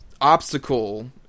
obstacle